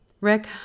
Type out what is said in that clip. Rick